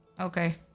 Okay